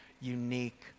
unique